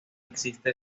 existe